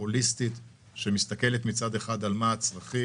הוליסטית שמסתכלת על הצרכים.